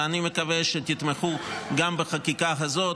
ואני מקווה שתתמכו גם בחקיקה הזאת,